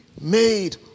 made